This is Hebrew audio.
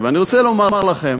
ואני רוצה לומר לכם,